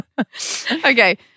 Okay